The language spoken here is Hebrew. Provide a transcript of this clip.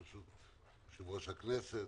ברשות יושב-ראש הכנסת,